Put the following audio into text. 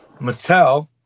Mattel